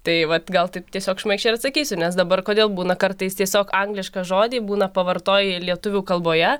tai vat gal taip tiesiog šmaikščiai ir atsakysiu nes dabar kodėl būna kartais tiesiog anglišką žodį būna pavartoji lietuvių kalboje